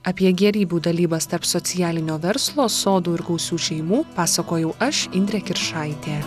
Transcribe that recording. apie gėrybių dalybas tarp socialinio verslo sodų ir gausių šeimų pasakojau aš indrė kiršaitė